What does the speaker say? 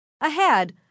Ahead